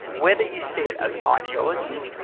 whether you see it as an ideology,